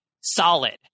solid